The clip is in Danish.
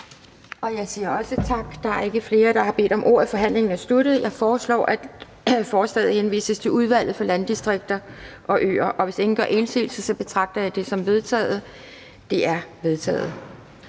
Jeg siger også tak. Der er ikke flere, der har bedt om ordet. Forhandlingen er sluttet. Jeg foreslår, at forslaget henvises til Udvalget for Landdistrikter og Øer, og hvis ingen gør indsigelse, betragter jeg det som vedtaget. Det er vedtaget.